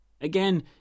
Again